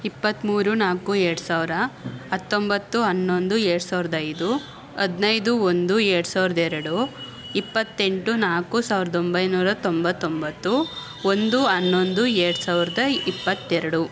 ಇಪ್ಪತ್ತ್ಮೂರು ನಾಲ್ಕು ಎರಡು ಸಾವಿರ ಹತ್ತೊಂಬತ್ತು ಹನ್ನೊಂದು ಎರಡು ಸಾವಿರದ ಐದು ಹದಿನೈದು ಒಂದು ಎರಡು ಸಾವಿರದ ಎರಡು ಇಪ್ಪತ್ತೆಂಟು ನಾಲ್ಕು ಸಾವಿರದ ಒಂಬೈನೂರ ತೊಂಬತ್ತೊಂಬತ್ತು ಒಂದು ಹನ್ನೊಂದು ಎರಡು ಸಾವಿರದ ಇಪ್ಪತ್ತೆರಡು